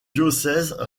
diocèse